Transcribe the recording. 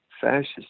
fascist